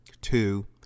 two